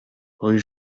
rue